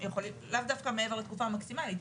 לאו דווקא מעבר לתקופה המקסימלית,